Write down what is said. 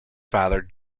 father